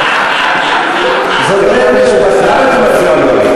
למה אתה מפריע לי?